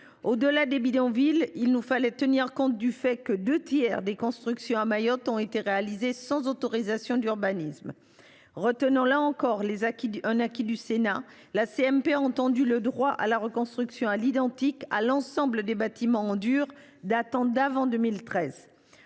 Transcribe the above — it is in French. Au delà des bidonvilles, il nous fallait tenir compte du fait que deux tiers des constructions à Mayotte ont été réalisés sans autorisation d’urbanisme. Retenant là encore un acquis du Sénat, la CMP a étendu le droit à la reconstruction à l’identique à l’ensemble des bâtiments en dur datant d’avant 2013.